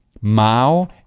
Mao